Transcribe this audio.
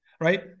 right